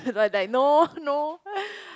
is like like no no